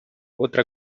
otra